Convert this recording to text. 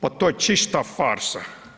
Pa to je čista farsa.